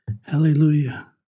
Hallelujah